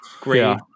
Great